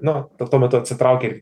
nu tuo metu atsitraukia ir